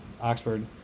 Oxford